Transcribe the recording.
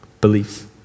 Beliefs